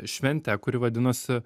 švente kuri vadinosi